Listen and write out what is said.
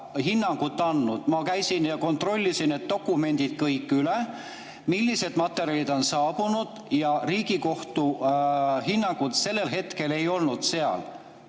hinnangut andnud. Ma käisin ja kontrollisin need dokumendid kõik üle, millised materjalid on saabunud, ja Riigikohtu hinnangut sellel hetkel ei olnud seal.